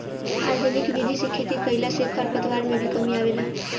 organic विधि से खेती कईला से खरपतवार में भी कमी आवेला